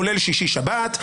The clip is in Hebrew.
כולל שישי-שבת,